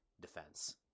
defense